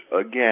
again